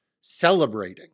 celebrating